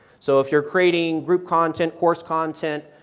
so if you are creating group content, course content,